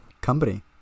company